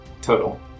Total